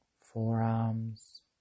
forearms